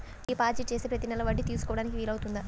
Deposit చేస్తే ప్రతి నెల వడ్డీ తీసుకోవడానికి వీలు అవుతుందా?